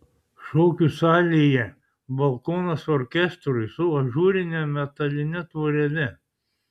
šokių salėje balkonas orkestrui su ažūrine metaline tvorele